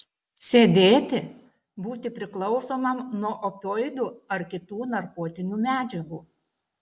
sėdėti būti priklausomam nuo opioidų ar kitų narkotinių medžiagų